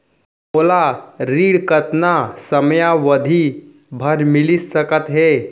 मोला ऋण कतना समयावधि भर मिलिस सकत हे?